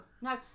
no